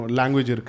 language